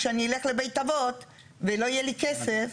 כשאני אלך לבית אבות ולא יהיה לי כסף,